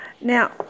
Now